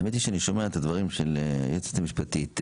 האמת היא שאני שומע את הדברים של היועצת המשפטית,